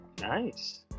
Nice